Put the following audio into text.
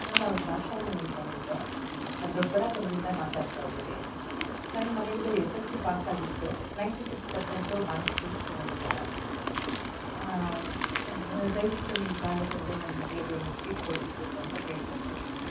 ma'am ನಾವು ದಾಕ್ಷಾಯಿಣಿ ಅಂತಂದ್ಬಿಟ್ಟು ನಾ ದೊಡ್ಡಬಳ್ಳಾಪುರದಿಂದ ಮಾತಾಡ್ತಾಯಿದ್ದೀವಿ ನನ್ನ ಮಗಳದು ಎಸ್ ಅಲ್ ಸಿ ಪಾಸಾಗಿತ್ತು ನೈಂಟಿ ಸಿಕ್ಸ್ ಪರ್ಸೆಂಟು ಮಾರ್ಕ್ಸು ತಗೊಂಡಿದ್ದಾಳೆ ದಯವಿಟ್ಟು ನಿಮ್ಮ ಕಾಲೇಜಲ್ಲಿ ನನ್ನ ಮಗಳಿಗೆ ಸೀಟ್ ಕೊಡಿಸ್ಬೇಕು ಅಂತ ಕೇಳ್ಕೊತಾ ಇದ್ದೀನಿ